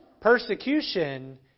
persecution